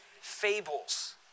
Fables